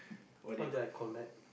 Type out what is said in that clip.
cause they like collect